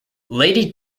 lady